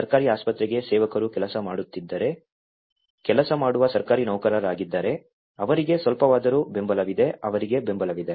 ಸರ್ಕಾರಿ ಆಸ್ಪತ್ರೆಗೆ ಸೇವಕರು ಕೆಲಸ ಮಾಡುತ್ತಿದ್ದರೆ ಕೆಲಸ ಮಾಡುವ ಸರ್ಕಾರಿ ನೌಕರರಾಗಿದ್ದರೆ ಅವರಿಗೆ ಸ್ವಲ್ಪವಾದರೂ ಬೆಂಬಲವಿದೆ ಅವರಿಗೆ ಬೆಂಬಲವಿದೆ